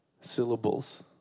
syllables